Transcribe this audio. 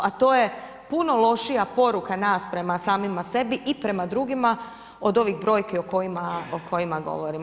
A to je puno lošija poruka nas prema samima sebi i prema drugima od ovih brojki o kojima govorimo.